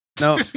no